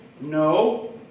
No